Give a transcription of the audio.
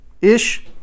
ish